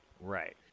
Right